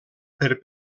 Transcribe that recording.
per